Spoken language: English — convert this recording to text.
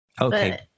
okay